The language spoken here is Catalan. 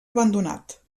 abandonat